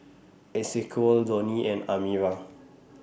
Esequiel Donny and Amira